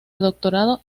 doctorado